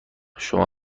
شما